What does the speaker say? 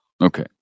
Okay